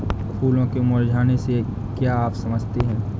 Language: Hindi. फूलों के मुरझाने से क्या आप समझते हैं?